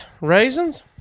Raisins